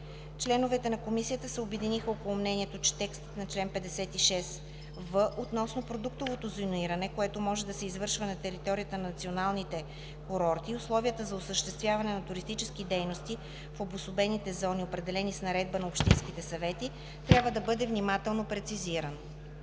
Членовете на Комисията се обединиха около мнението, че текстът на чл. 56в относно продуктовото зониране, което може да се извършва на територията на националните курорти, и условията за осъществяване на туристически дейности в обособените зони, определени с наредба на общинските съвети, трябва да бъде внимателно прецизиран.